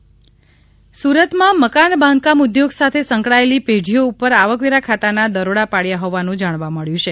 સુરત આવકવેરા દરોડા સુરતમાં મકાન બાંધકામ ઉદ્યોગ સાથે સંકળાયેલી પેઢીઓ ઉપર આવકવેરા ખાતાના દરોડા પડ્યા હોવાનુ જાણવા મળ્યું છે